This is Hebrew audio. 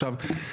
עכשיו,